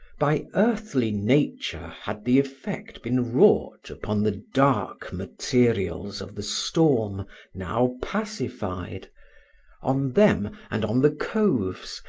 by earthly nature had the effect been wrought upon the dark materials of the storm now pacified on them, and on the coves,